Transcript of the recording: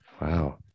Wow